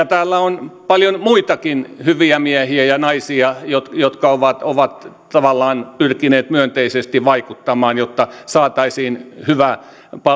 täällä on paljon muitakin hyviä miehiä ja naisia jotka ovat ovat tavallaan pyrkineet myönteisesti vaikuttamaan jotta saataisiin hyvä